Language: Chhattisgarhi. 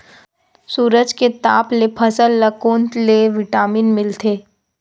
सूरज के ताप ले फसल ल कोन ले विटामिन मिल थे?